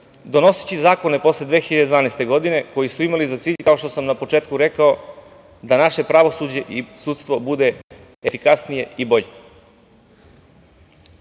donoseći zakone posle 2012. godine koji su imali za cilj, kao što sam na početku rekao, da naše pravosuđe i sudstvo bude efikasnije i bolje.